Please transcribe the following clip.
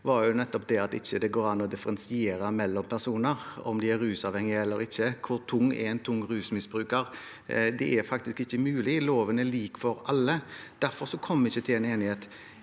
at det ikke går an å differensiere mellom personer, om de er rusavhengige eller ikke. Hvor tung er en tung rusmisbruker? Det er faktisk ikke mulig, loven er lik for alle. Derfor kom vi ikke til en enighet.